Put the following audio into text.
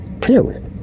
period